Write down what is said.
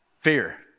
fear